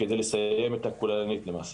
על מנת לסיים את הכוללנית למעשה,